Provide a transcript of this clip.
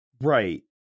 Right